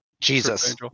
Jesus